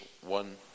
one